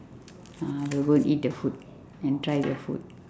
uh I will go eat the food and try the food